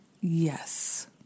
Yes